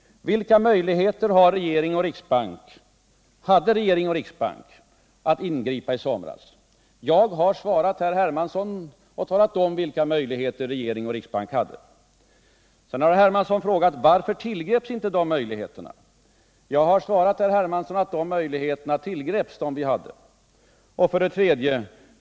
Vilka möjligheter hade regeringen resp. riksbanken att ingripa mot spekulationen i en devalvering av kronan sommaren 19772” Jag har svarat herr Hermansson och talat om, vilka möjligheter regering och riksbank hade. Sedan har herr Hermansson frågat: ”2. Varför tillgreps icke dessa möjligheter?” Jag har svarat att de möjligheter vi hade tillgreps. Och vidare: ”3.